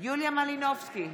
יוליה מלינובסקי,